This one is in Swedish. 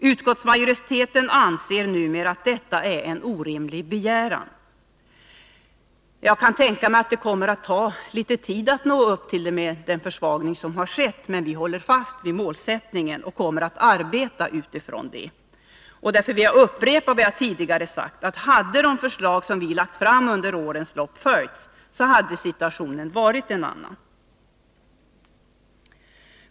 Utskottsmajoriteten anser numera att detta är en orimlig begäran. Jag kan tänka mig att det kommer att talitet tid att nå upp till det målet med den försvagning som har skett, men vi håller fast vid målsättningen och kommer att arbeta utifrån den. Jag vill därför upprepa vad jag sagt tidigare: Hade de förslag vi lagt fram under årens lopp följts, hade situationen varit en annan.